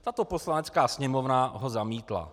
Tato Poslanecká sněmovna ho zamítla.